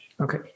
Okay